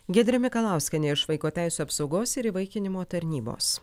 giedrė mikalauskienė iš vaiko teisių apsaugos ir įvaikinimo tarnybos